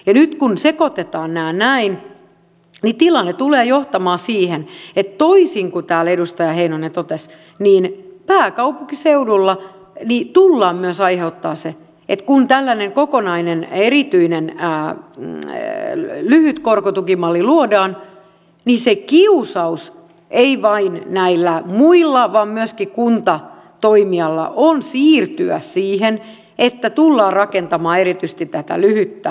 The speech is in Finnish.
nyt kun sekoitetaan nämä näin niin tilanne tulee johtamaan siihen että toisin kuin täällä edustaja heinonen totesi pääkaupunkiseudulla tullaan myös aiheuttamaan se että kun tällainen kokonainen erityinen lyhyt korkotukimalli luodaan niin se kiusaus ei vain näillä muilla vaan myöskin kuntatoimijalla on siirtyä siihen että tullaan rakentamaan erityisesti tätä lyhyttä korkotukimallia